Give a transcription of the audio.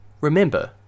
Remember